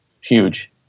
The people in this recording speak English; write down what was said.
huge